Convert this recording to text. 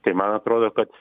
tai man atrodo kad